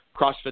CrossFit